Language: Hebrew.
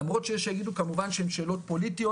למרות שיש שיגידו כמובן שהן שאלות פוליטיות,